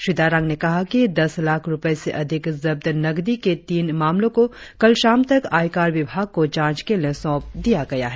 श्री दारांग ने कहा कि दस लाख रुपये से अधिक जब्त नकदी के तीन मामलो को कल शाम तक आयकर विभाग को जाँच के लिए सौंप दिया गया है